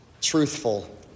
truthful